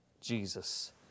Jesus